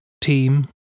team